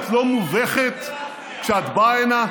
את לא מובכת כשאת באה הנה?